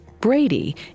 Brady